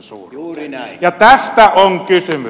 tästä on kysymys